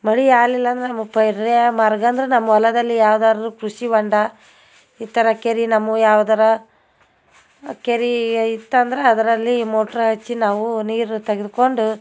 ಮಳೆ ಆಗ್ಲಿಲ್ಲ ಅಂದರೆ ನಮ್ಗೆ ಪರ್ಯಾಯ ಮಾರ್ಗ ಅಂದರೆ ನಮ್ಮ ಹೊಲದಲ್ಲಿ ಯಾವ್ದಾದ್ರೂ ಕೃಷಿ ಹೊಂಡ ಈ ಥರ ಕೆರೆ ನಮ್ಮ ಯಾವ್ದಾರೂ ಕೆರೆ ಇತ್ತಂದ್ರೆ ಅದರಲ್ಲಿ ಮೋಟ್ರ್ ಹಚ್ಚಿ ನಾವು ನೀರು ತೆಗೆದುಕೊಂಡು